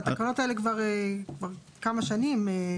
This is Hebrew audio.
התקנות האלה זה כבר כמה שנים.